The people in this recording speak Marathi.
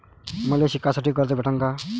मले शिकासाठी कर्ज भेटन का?